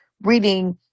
reading